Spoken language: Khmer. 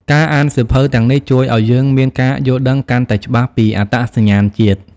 ការអានសៀវភៅទាំងនេះជួយឲ្យយើងមានការយល់ដឹងកាន់តែច្បាស់ពីអត្តសញ្ញាណជាតិ។